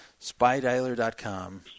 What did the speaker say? SpyDialer.com